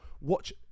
watch